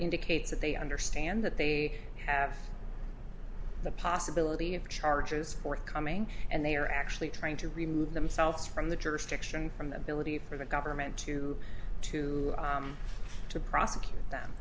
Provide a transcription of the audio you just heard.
indicates that they understand that they have the possibility of charges forthcoming and they are actually trying to remove themselves from the jurisdiction from the ability for the government to to to prosecute them